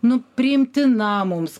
nu priimtina mums